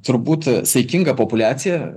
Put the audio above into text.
turbūt saikinga populiacija